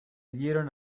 dieron